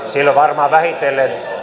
silloin varmaan vähitellen